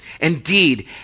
Indeed